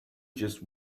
just